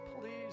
please